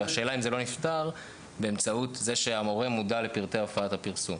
השאלה אם זה לא נפתר באמצעות זה שההורה מודע להופעת הפרסום.